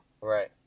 Right